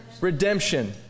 redemption